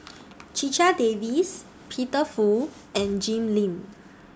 Checha Davies Peter Fu and Jim Lim